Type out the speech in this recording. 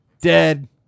Dead